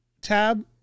tab